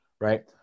Right